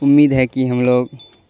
امید ہے کہ ہم لوگ